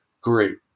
great